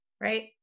right